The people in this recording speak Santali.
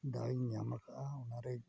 ᱫᱟᱣᱤᱧ ᱧᱟᱢ ᱠᱟᱜᱼᱟ ᱚᱱᱟᱨᱮ